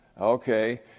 okay